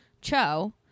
Cho